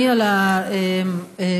אדוני,